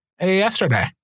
yesterday